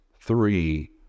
three